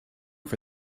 for